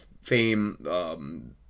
fame